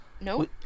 no